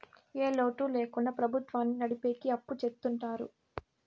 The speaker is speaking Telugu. ఏ లోటు ల్యాకుండా ప్రభుత్వాన్ని నడిపెకి అప్పు చెత్తుంటారు